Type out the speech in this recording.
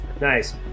Nice